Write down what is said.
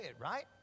right